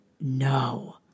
No